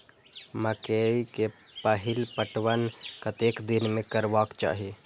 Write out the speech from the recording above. मकेय के पहिल पटवन कतेक दिन में करबाक चाही?